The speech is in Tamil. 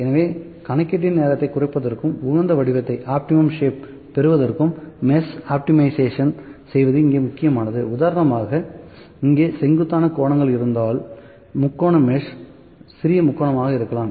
எனவே கணக்கீட்டின் நேரத்தைக் குறைப்பதற்கும் உகந்த வடிவத்தைப் பெறுவதற்கும் மெஷ் ஐ ஆப்டிமைஷேஷன் செய்வது இங்கே முக்கியமானது உதாரணமாக இங்கே செங்குத்தான கோணங்கள் இருந்தால் முக்கோண மெஷ் சிறிய முக்கோணமாக இருக்கலாம்